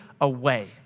away